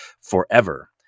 forever